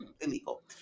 illegal